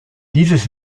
dieses